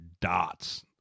dots